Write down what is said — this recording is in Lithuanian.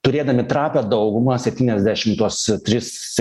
turėdami trapią daugumą septyniasdešim tuos tris